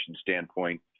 standpoint